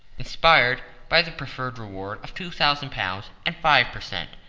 inspired by the proffered reward of two thousand pounds, and five per cent.